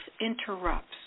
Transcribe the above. interrupts